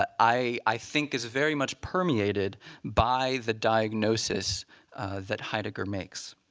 ah i think is very much permeated by the diagnosis that heidegger makes.